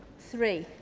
three.